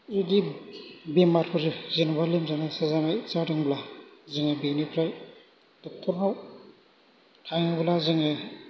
जुदि बेमारफोर जेनेबा लोमजानाय साजानाय जादोंब्ला जोङो बेनिफ्राय ड'क्टरनाव थाङोब्ला जोङो